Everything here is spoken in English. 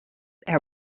air